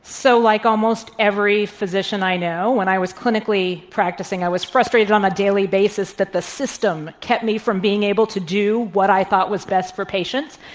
so, like almost every physician i know, when i was clinically practicing, i was frustrated on a daily basis that the system kept me from being able to do what i thought was best for patients.